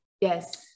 Yes